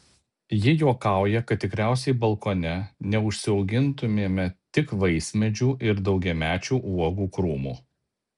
ji juokauja kad tikriausiai balkone neužsiaugintumėme tik vaismedžių ir daugiamečių uogų krūmų